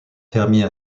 fermiers